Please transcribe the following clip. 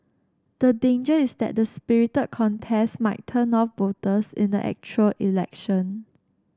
the danger is that the spirited contest might turn off voters in the actual election